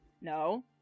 No